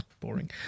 Boring